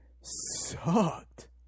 sucked